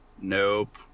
Nope